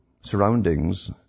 surroundings